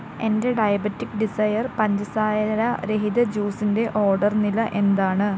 എന്റെ diabetics desire പഞ്ചസാരരഹിത ജ്യൂസിൻറെ ഓർഡർ നില എന്താണ്